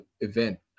event